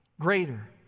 greater